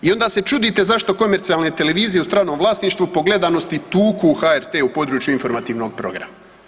I onda se čudite zašto komercijalne televizije u stranom vlasništvu po gledanosti tuku HRT u području informativnog programa.